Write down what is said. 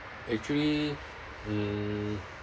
actually mm